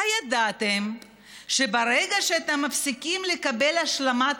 הידעתם שברגע שאתם מפסיקים לקבל השלמת